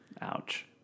Ouch